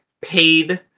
paid